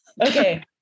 Okay